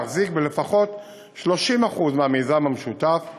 להחזיק ב-30% מהמיזם המשותף לפחות,